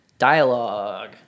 Dialogue